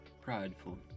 prideful